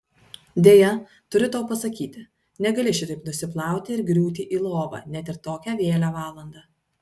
deja turiu tau pasakyti negali šitaip nusiplauti ir griūti į lovą net ir tokią vėlią valandą